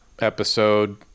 episode